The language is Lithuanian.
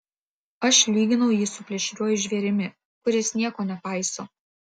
aš lyginau jį su plėšriuoju žvėrimi kuris nieko nepaiso